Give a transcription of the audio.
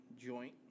joint